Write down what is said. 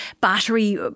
battery